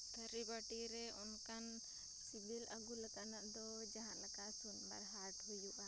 ᱛᱷᱟᱨᱤ ᱵᱟᱴᱤᱨᱮ ᱚᱱᱠᱟᱱ ᱥᱤᱵᱤᱞ ᱟᱹᱜᱩ ᱞᱮᱠᱟᱱᱟᱜ ᱫᱚ ᱡᱟᱦᱟᱸ ᱞᱮᱠᱟ ᱥᱚᱱᱵᱟᱨ ᱦᱟᱴ ᱦᱩᱭᱩᱜᱼᱟ